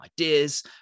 ideas